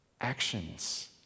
Actions